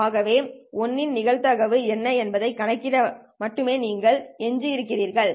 எனவே 1 இன் நிகழ்தகவு என்ன என்பதைக் கணக்கிட மட்டுமே நீங்கள் எஞ்சியிருக்கிறீர்களா